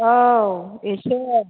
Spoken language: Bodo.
औ एसे